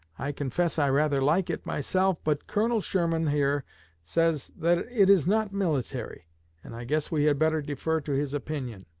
i confess i rather like it myself, but colonel sherman here says that it is not military and i guess we had better defer to his opinion